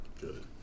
Good